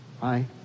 Hi